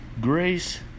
Grace